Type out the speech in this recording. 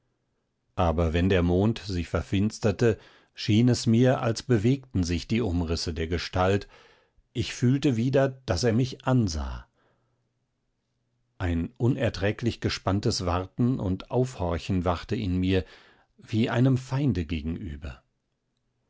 aber wenn der mond sich verfinsterte schien es mir als bewegten sich die umrisse der gestalt ich fühlte wieder daß er mich ansah ein unerträglich gespanntes warten und aufhorchen wachte in mir wie einem feinde gegenüber